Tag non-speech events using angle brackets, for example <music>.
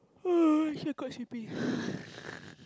<noise> actually I quite sleepy <noise>